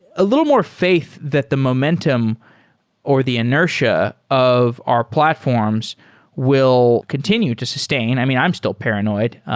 a little more faith that the momentum or the inertia of our platforms will continue to sus tain. i mean, i'm still paranoid.